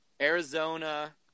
Arizona